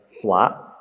flat